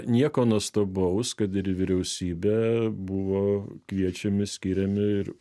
nieko nuostabaus kad ir į vyriausybę buvo kviečiami skiriami ir